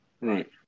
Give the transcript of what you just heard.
Right